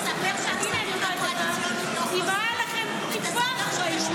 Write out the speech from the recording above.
אם אני --- אם הייתה לכם טיפה אחריות,